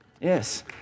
Yes